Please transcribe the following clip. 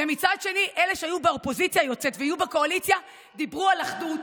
ומצד שני אלה שהיו באופוזיציה היוצאת ויהיו בקואליציה דיברו על אחדות,